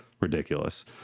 ridiculous